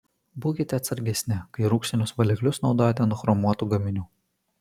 būkite atsargesni kai rūgštinius valiklius naudojate ant chromuotų gaminių